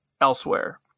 elsewhere